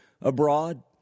abroad